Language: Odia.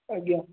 ଆଜ୍ଞା